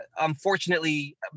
unfortunately